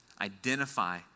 Identify